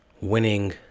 winning